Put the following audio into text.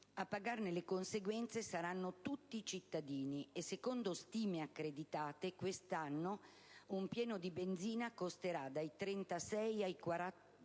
A pagarne le conseguenze saranno tutti i cittadini e - secondo stime accreditate - quest'anno un pieno di benzina costerà dai 36 ai 44